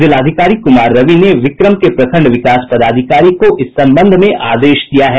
जिलाधिकारी कुमार रवि ने बिक्रम के प्रखंड विकास पदाधिकारी को इस संबंध में आदेश दिया है